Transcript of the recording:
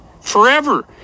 forever